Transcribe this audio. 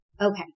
okay